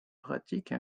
pratique